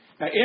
Now